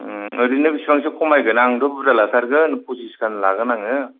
ओरैनो बेसेबांसो खमायगोन आंथ' बुरजा लाथारगोन पसिसखान लागोन आङो